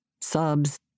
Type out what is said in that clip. subs